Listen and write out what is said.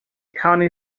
county